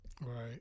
right